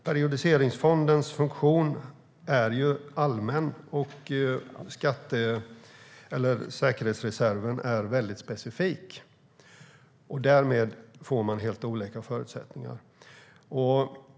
Periodiseringsfondens funktion är allmän, och säkerhetsreserven är specifik. Därmed blir det helt olika förutsättningar.